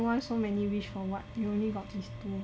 then you want so many wish for what you only got these two